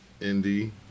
Indy